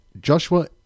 Joshua